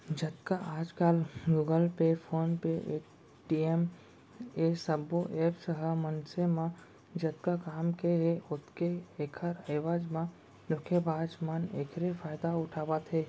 जतका आजकल Google Pay, PhonePe, Paytm ए सबो ऐप्स ह मनसे म जतका काम के हे ओतके ऐखर एवज म धोखेबाज मन एखरे फायदा उठावत हे